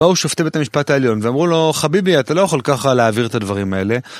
באו שופטי בית המשפט העליון ואמרו לו חביבי אתה לא יכול ככה להעביר את הדברים האלה